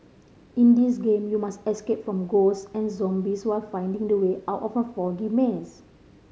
in this game you must escape from ghosts and zombies while finding the way out of a foggy maze